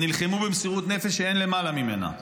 ונלחמו במסירות נפש שאין למעלה ממנה.